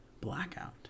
blackout